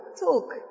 talk